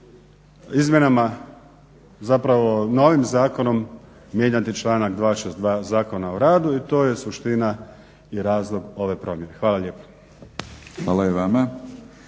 izmjenama zapravo novim zakonom mijenjati članak 262. Zakona o radu i to je suština i razlog ove promjene. Hvala lijepo. **Batinić,